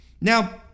Now